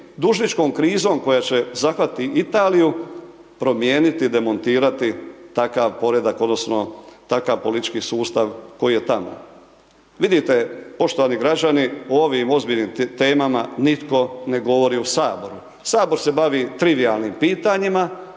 dužničkom krizom, koja će zahvatiti Italiju, promijeniti, demontirati takav poredak, odnosno, takav politički sustav koji je tamo. Vidite poštovani građani o ovom ozbiljnim temama nitko ne govori u Saboru. Sabor se bavi trivijalnim pitanjima,